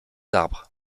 arbres